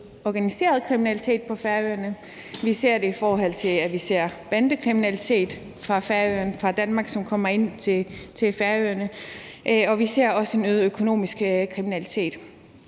organiseret kriminalitet på Færøerne. Vi ser det, ved at vi ser bandekriminalitet, som kommer til Færøerne fra Danmark, og vi ser også en øget økonomisk kriminalitet.